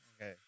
Okay